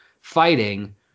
fighting